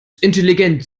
intelligent